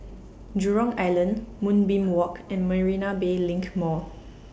Jurong Island Moonbeam Walk and Marina Bay LINK Mall